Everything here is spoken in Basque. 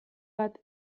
bat